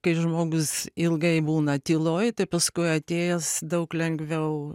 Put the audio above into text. kai žmogus ilgai būna tyloj tai paskui atėjęs daug lengviau